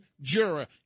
juror